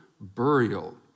burial